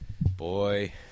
Boy